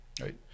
right